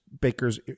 Baker's